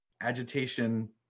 agitation